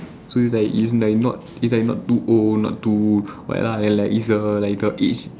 so it's like is like not is like not too old not too what lah it's like err like a age